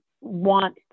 want